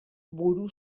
buru